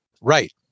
Right